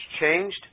changed